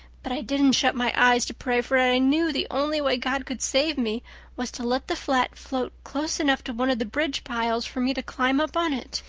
but i didn't shut my eyes to pray, for i knew the only way god could save me was to let the flat float close enough to one of the bridge piles for me to climb up on it.